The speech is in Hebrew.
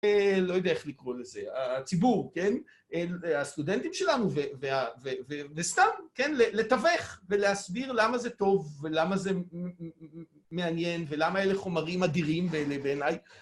לא יודע איך לקרוא לזה... "הציבור", כן? הסטודנטים שלנו וסתם, כן? לתווך ולהסביר למה זה טוב, ולמה זה מעניין, ולמה אלה חומרים אדירים, ואלה... בעיניי...